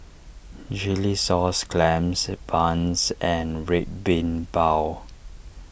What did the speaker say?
Chilli Sauce Clams Buns and Red Bean Bao